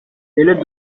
l’aile